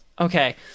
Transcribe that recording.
Okay